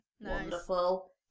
Wonderful